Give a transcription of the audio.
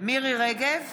מירי מרים רגב,